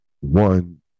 one